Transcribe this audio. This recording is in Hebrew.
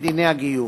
בדיני הגיור.